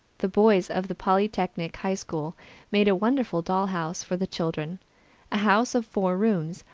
the boys of the polytechnic high school made a wonderful doll house for the children a house of four rooms,